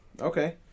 Okay